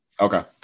Okay